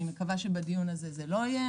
אני מקווה שבדיון הזה זה לא יקרה.